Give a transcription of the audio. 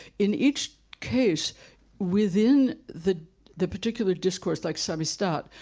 in each case within the the particular discourse like some ystad,